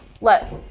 let